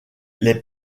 les